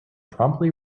promptly